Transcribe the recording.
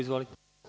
Izvolite.